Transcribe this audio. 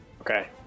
Okay